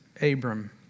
Abram